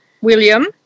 William